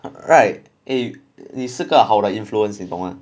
right eh 你是个好的 influence 你懂吗